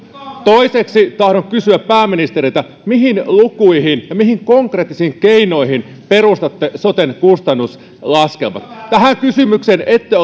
toiseksi tahdon kysyä pääministeriltä mihin lukuihin ja mihin konkreettisiin keinoihin perustatte soten kustannuslaskelmat tähän kysymykseen ette